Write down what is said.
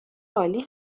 عالی